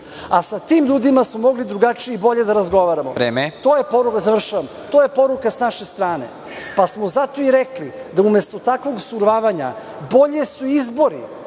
a sa tim ljudima smo mogli drugačije i bolje da razgovaramo.(Predsednik: Vreme.)Završavam. To je poruka sa naše strane, pa smo zato i rekli da umesto takvog survavanja bolji su izbori